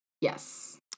Yes